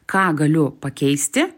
ką galiu pakeisti